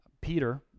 Peter